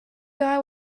guy